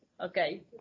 okay